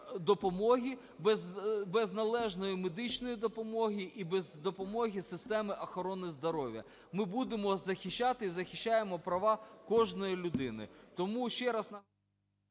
без належної медичної допомоги і без допомоги системи охорони здоров'я. Ми будемо захищати і захищаємо права кожної людини.